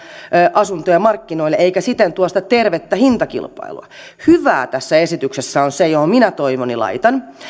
asuntoja markkinoille eikä siten tuo sitä tervettä hintakilpailua hyvää tässä esityksessä on se mihin minä toivoni laitan